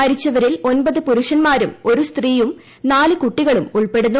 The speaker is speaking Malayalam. മരിച്ചവരിൽ ഒൻപത് പുരുഷൻമാരും ഒരു സ്ത്രീയും നാല് കുട്ടികളും ഉൾപ്പെടുന്നു